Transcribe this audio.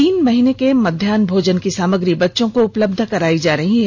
तीन महीने के मध्यान भोजन की सामग्री बच्चों को उपलब्ध कराई जा रही है